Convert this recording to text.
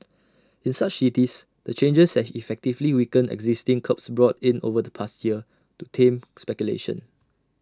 in such cities the changes have effectively weakened existing curbs brought in over the past year to tame speculation